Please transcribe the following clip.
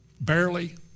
barely